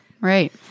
Right